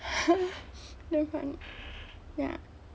damn funny ya